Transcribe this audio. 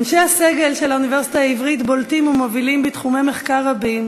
אנשי הסגל של האוניברסיטה העברית בולטים ומובילים בתחומי מחקר רבים,